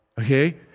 okay